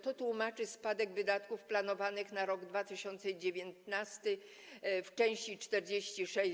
To tłumaczy spadek wydatków planowanych na rok 2019 w części 46: